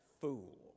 fool